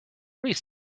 please